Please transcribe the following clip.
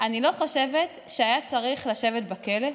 "אני לא חושבת שהוא היה צריך לשבת בכלא.